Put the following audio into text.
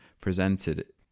presented